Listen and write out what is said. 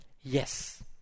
Yes